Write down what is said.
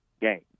game